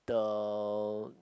the